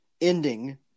ending